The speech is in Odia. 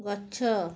ଗଛ